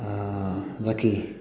जाखि